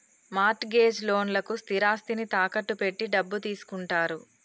mart gauge లోన్లకు స్థిరాస్తిని తాకట్టు పెట్టి డబ్బు తీసుకుంటారు